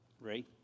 Ray